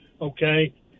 Okay